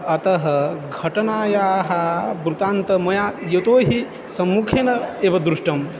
अतः घटनायाः वृतान्तं मया यतो हि सम्मुखेन एव दृष्टम्